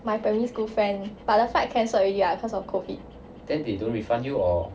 my primary school friend but the flight cancelled already lah cause of COVID